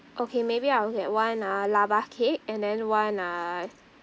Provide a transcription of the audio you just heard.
okay maybe I'll get one uh lava cake and then one uh